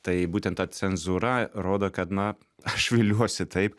tai būten ta cenzūra rodo kad na aš viliuosi taip